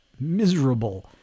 miserable